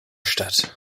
stadt